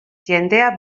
jendea